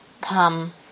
come